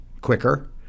quicker